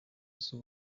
z’u